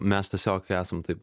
mes tiesiog esam taip